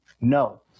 No